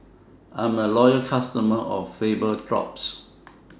I'm A Loyal customer of Vapodrops